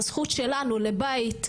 על זכות שלנו לבית בטוח,